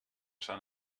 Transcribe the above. sant